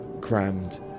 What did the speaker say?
crammed